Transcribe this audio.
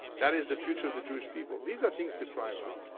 that is the future of the jewish people. these are things to cry about.